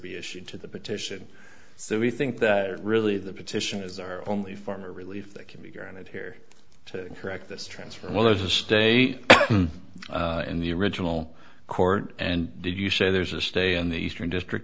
be issued to the petition so we think that really the petition is our only form or relief that can be granted here to correct this transfer when there's a stay in the original court and did you say there's a stay in the eastern district